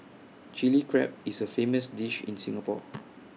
Chilli Crab is A famous dish in Singapore